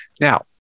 Now